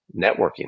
networking